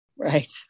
Right